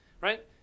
Right